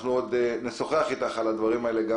אנחנו נשוחח איתך על הדברים האלה גם